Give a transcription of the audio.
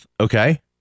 okay